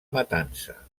matança